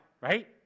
right